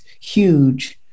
huge